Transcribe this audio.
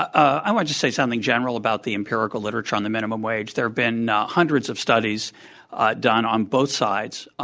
i want to just say something general about the empirical literature on the minimum wage. there have been hundreds of studies done on both sides,